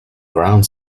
ground